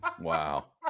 Wow